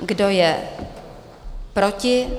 Kdo je proti?